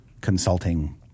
consulting